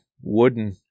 wooden